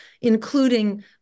including